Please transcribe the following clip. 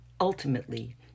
ultimately